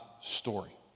story